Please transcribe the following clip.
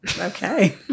Okay